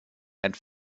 and